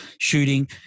shooting